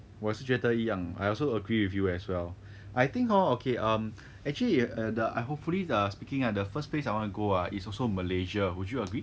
我是觉得一样 I also agree with you as well I think hor okay um actually err the I hopefully the speaking ah the first place I want to go ah is also malaysia would you agree